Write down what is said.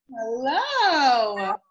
Hello